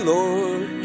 Lord